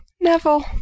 Neville